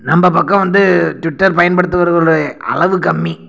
நம்ப பக்கம் வந்து ட்விட்டர் பயன்படுத்துபவர்களோட அளவு கம்மி